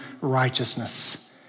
righteousness